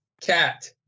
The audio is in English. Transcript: cat